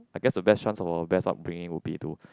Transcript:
I guess the best chance of our best upbringing would be to